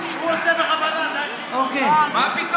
אתה לא מבין?